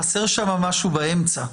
חסר שם משהו באמצע.